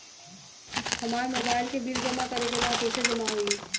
हमार मोबाइल के बिल जमा करे बा कैसे जमा होई?